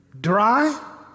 dry